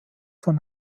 von